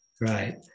Right